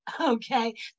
Okay